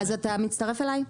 אז אתה מצטרף אליי?